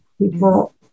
people